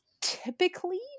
typically